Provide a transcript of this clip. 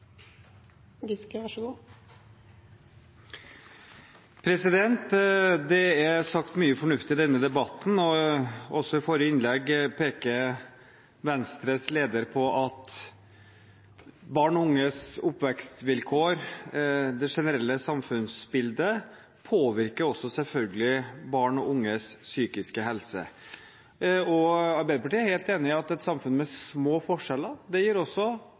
Det er sagt mye fornuftig i denne debatten. I forrige innlegg pekte Venstres leder på at barn og unges oppvekstvilkår, det generelle samfunnsbildet, selvfølgelig også påvirker barn og unges psykiske helse. Arbeiderpartiet er helt enig i at et samfunn med små forskjeller gir bedre oppvekstvilkår for ungene og dermed også